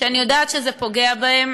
שאני יודעת שזה פוגע בהם.